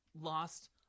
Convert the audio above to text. lost –